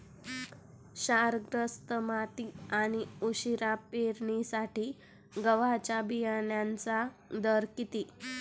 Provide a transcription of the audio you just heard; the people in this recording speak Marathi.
क्षारग्रस्त माती आणि उशिरा पेरणीसाठी गव्हाच्या बियाण्यांचा दर किती?